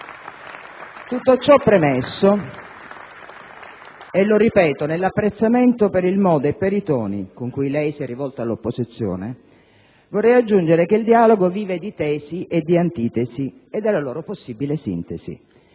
Tutto ciò premesso - lo ripeto - nell'apprezzamento per il modo e per i toni con cui lei si è rivolto all'opposizione, vorrei aggiungere che il dialogo vive di tesi, di antitesi e della loro possibile sintesi;